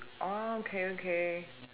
oh okay okay